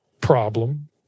problem